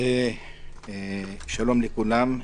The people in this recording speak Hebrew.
שלום לכולם.